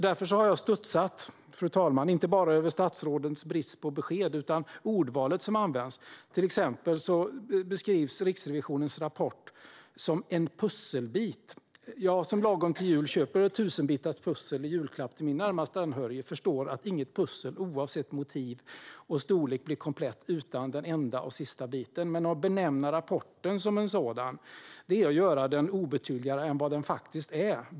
Därför, fru talman, studsade jag till inte bara på grund av statsrådets brist på besked utan även på grund av ordvalet. Till exempel beskrivs Riksrevisionens rapport som "en pusselbit". Jag som lagom till jul köper ett 1 000-bitars pussel i julklapp till min närmast anhörige förstår att inget pussel, oavsett motiv och storlek, blir komplett utan den enda och sista biten. Men att benämna rapporten som en sådan är att göra den obetydligare än vad den faktiskt är.